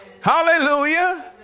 hallelujah